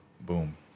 Boom